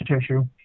tissue